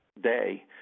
day